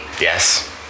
Yes